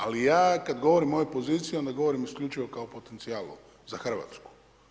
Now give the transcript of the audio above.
Ali ja kad govorim o ovoj poziciji, onda govorim isključivo kao potencijalu za Hrvatsku.